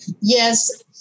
Yes